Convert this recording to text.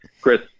Chris